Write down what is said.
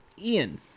Ian